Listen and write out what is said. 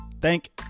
thank